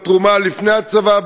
בתרומה לפני הצבא,